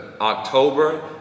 October